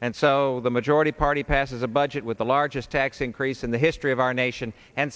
and so the majority party passes a budget with the largest tax increase in the history of our nation and